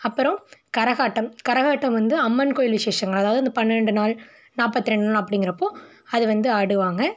அப்புறம் கரகாட்டம் கரகாட்டம் வந்து அம்மன் கோவில் விசேஷங்கள் அதாவது அந்த பன்னெண்டு நாள் நாற்பத்தி ரெண்டு நாள் அப்படிங்கறப்போ அது வந்து ஆடுவாங்க